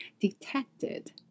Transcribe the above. detected